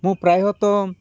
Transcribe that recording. ମୁଁ ପ୍ରାୟତଃ